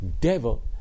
devil